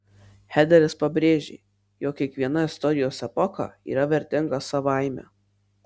hederis pabrėžė jog kiekviena istorijos epocha yra vertinga savaime